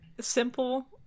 simple